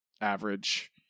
average